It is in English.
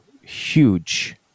huge